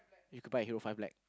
you could buy a hero five line